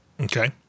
okay